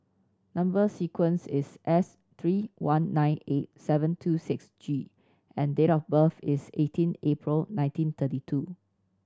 number sequence is S three one nine eight seven two six G and date of birth is eighteen April nineteen thirty two